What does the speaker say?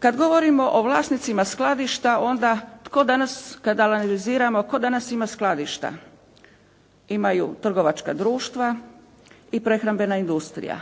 Kad govorimo o vlasnicima skladišta onda tko danas, kad analiziramo tko danas ima skladišta? Imaju trgovačka društva i prehrambena industrija.